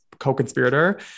co-conspirator